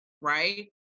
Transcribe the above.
right